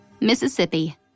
Mississippi